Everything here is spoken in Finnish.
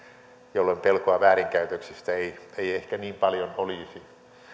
jolloin pelkoa väärinkäytöksistä ei ei ehkä niin paljon olisi